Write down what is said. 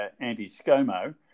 anti-Scomo